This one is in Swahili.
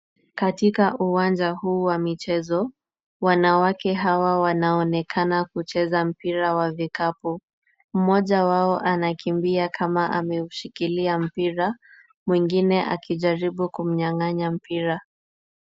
Katika uwanja huu wa michezo, wanawake hawa wanaonekana kucheza mpira wa vikapu. Mmoja wao anakimbia kama ameushikilia mpira, mwingine akijaribu kumnyang'anya mpira.